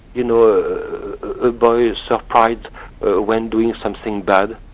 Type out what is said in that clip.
you know a boy who's surprised ah when doing something bad.